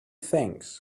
things